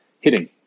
hitting